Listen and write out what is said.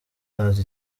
haza